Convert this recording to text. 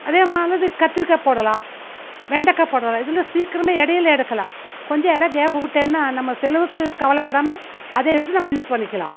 அதே மாதிரி கத்திரிக்காய் போடலாம் வெண்டக்காய் போடலாம் இதெல்லாம் சீக்கிரமே இடையில எடுக்கலாம் கொஞ்சம் இடம் கேப்பு விட்டேன்னா நம்ம செலவுக்கு கவலைப்படாம அதை எடுத்து நம்ம யூஸ் பண்ணிக்கலாம்